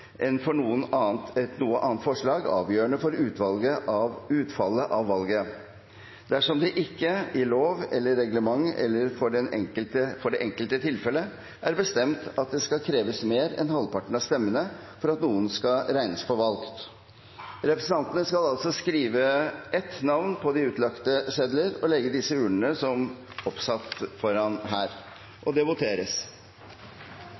enn for noe annet forslag, avgjørende for utfallet av valget, dersom det ikke i lov eller reglement eller for det enkelte tilfelle er bestemt at det skal kreves mer enn halvparten av stemmene for at noen skal regnes for valgt. Representantene skal altså skrive ett navn på de utlagte sedler og legge disse i urnene som er oppsatt